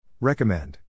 Recommend